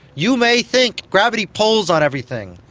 you may think gravity pulls on everything.